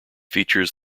features